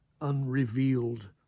unrevealed